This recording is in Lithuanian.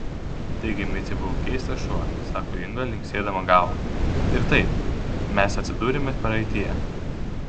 taigi micė buvo keistas šuo sako inga linksėdama galva ir taip mes atsiduriame praeityje